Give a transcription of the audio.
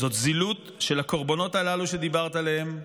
זה זילות של הקורבנות הללו שדיברת עליהם,